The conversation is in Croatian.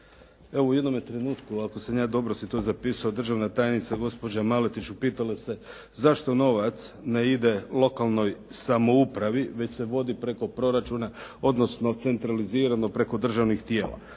Evo, u jednome trenutku ako sam ja dobro si to zapisao državna tajnica, gospođa Maletić upitala se zašto novac ne ide lokalnoj samoupravi već se vodi preko proračuna, odnosno centralizirano preko državnih tijela.